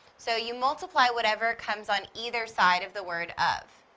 so, you multiply whatever comes on either side of the word of.